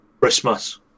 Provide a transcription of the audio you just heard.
Christmas